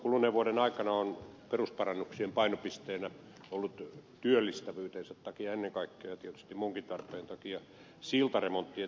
kuluneen vuoden aikana on perusparannuksien painopisteenä ollut työllistävyytensä takia ennen kaikkea ja tietysti muunkin tarpeen takia siltaremonttien tekeminen